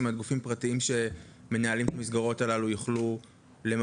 כלומר גופים פרטיים שמנהלים את המסגרות הללו יוכלו לממש